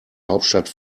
hauptstadt